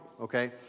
okay